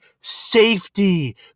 safety